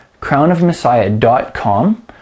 crownofmessiah.com